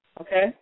okay